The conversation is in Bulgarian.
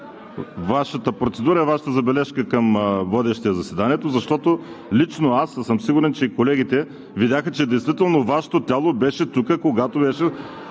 Вашата процедура и Вашата забележка към водещия заседанието, защото лично аз, а съм сигурен, че и колегите видяха, че действително Вашето тяло беше тук, когато беше